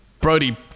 Brody